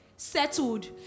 Settled